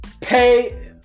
Pay